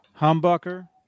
Humbucker